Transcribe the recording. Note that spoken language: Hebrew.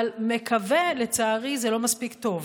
אבל מקווה, לצערי, זה לא מספיק טוב.